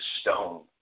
stone